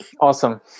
Awesome